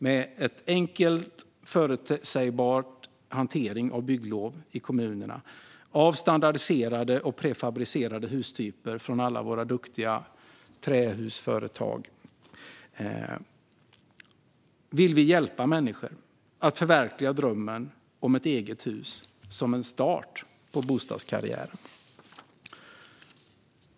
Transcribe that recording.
Med en enkel, förutsägbar hantering av bygglov i kommunerna av standardiserade och prefabricerade hustyper från alla våra duktiga trähusföretag vill vi hjälpa människor att förverkliga drömmen om ett eget hus som en start på bostadskarriären.